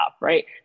right